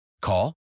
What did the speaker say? Call